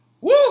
woo